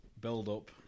build-up